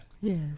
Yes